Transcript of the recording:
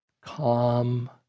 calm